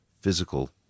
physical